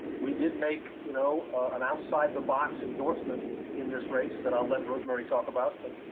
we did make you know an outside-the-box endorsement in this race that i'll let rosemary talk about. but